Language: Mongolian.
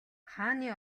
хааны